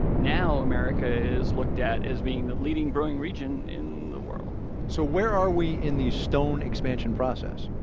now, america is looked at as being the leading brewing region in the world so where are we in the stone expansion process?